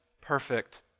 perfect